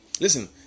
listen